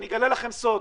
אני אגלה לכם סוד,